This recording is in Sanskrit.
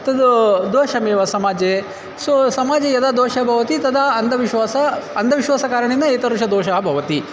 तद् दोषमेव समाजे सो समाजे यदा दोषः भवति तदा अन्धविश्वासः अन्धविश्वासस्य कारणेन एतादृशः दोषः भवति